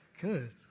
Good